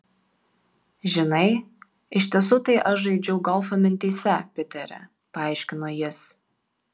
žinai iš tiesų tai aš žaidžiau golfą mintyse piteri paaiškino jis